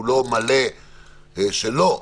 הוא לא לחלוטין שלילי,